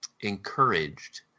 encouraged